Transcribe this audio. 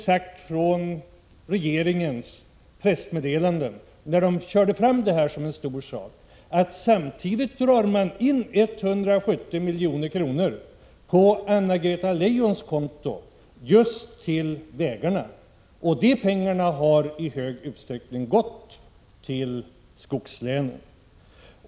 Men i regeringens pressmeddelanden, där detta anslag kördes fram som en stor sak, finns inte ett ord om att regeringen samtidigt drar in 170 milj.kr. på Anna-Greta Leijons konto just till vägarna, pengar som i stor utsträckning har gått till skogslänen.